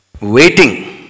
waiting